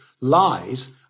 lies